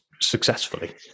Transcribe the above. successfully